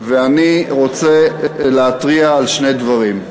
ואני רוצה להתריע על שני דברים.